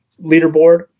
leaderboard